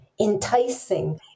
enticing